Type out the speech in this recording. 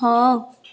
ହଁ